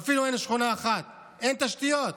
אין אפילו שכונה אחת, אין תשתיות,